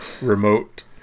remote